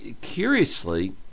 curiously